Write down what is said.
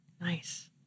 Nice